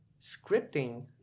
scripting